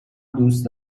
دوست